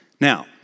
Now